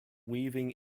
weaving